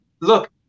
Look